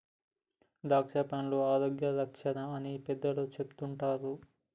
ద్రాక్షపండ్లు ఆరోగ్య రక్ష అని పెద్దలు చెపుతుంటారు